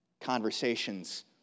conversations